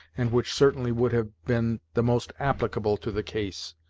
and which certainly would have been the most applicable to the case,